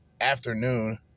afternoon